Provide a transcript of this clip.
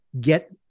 get